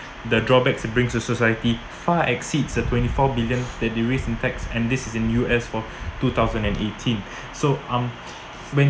the drawbacks brings so~ society far exceeds the twenty-four billion than the recent tax and this is in U_S for two thousand and eighteen so um when